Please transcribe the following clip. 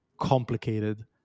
complicated